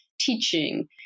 teaching